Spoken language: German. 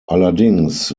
allerdings